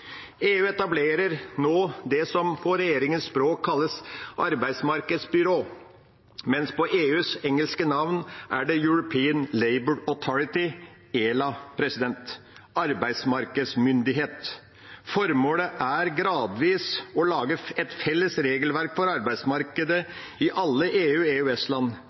EU etablerer nå det som på regjeringas språk kalles arbeidsmarkedsbyrå, mens EUs engelske navn på det er European Labour Authority, ELA – arbeidsmarkedsmyndighet. Formålet er gradvis å lage et felles regelverk for arbeidsmarkedet i alle